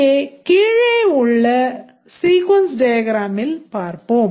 இதை கீழே உள்ள sequence diagramமில் பார்ப்போம்